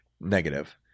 negative